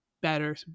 better